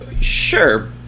Sure